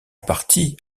partie